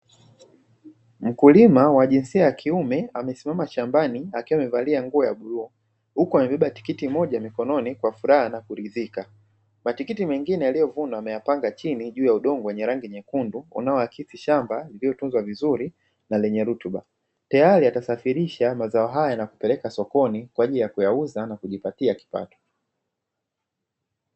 Mkulima wa jinsia ya kiume amesimama shambani akiwa amevalia nguo ya bluu, huku amebeba tikiti moja mikononi kwa furaha na kuridhika. Matikiti mengine aliyovuna ameyapanga chini juu ya udongo wenye rangi nyekundu unaoakisi shamba lililotunzwa vizuri na lenye rutuba. Tayari atasasafirisha mazao haya na kupeleka sokoni, kwa ajili ya kuyauza na kujipatia kipato.